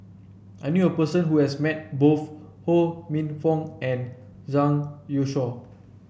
I knew a person who has met both Ho Minfong and Zhang Youshuo